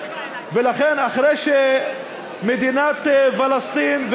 אחרי שמדינת פלסטין,